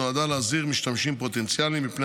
נועדה להזהיר משתמשים פוטנציאליים מפני